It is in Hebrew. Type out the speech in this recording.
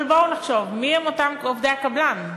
אבל בואו נחשוב: מי הם אותם עובדי הקבלן?